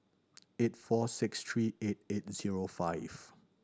eight four six three eight eight zero five